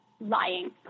lying